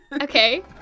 okay